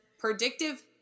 predictive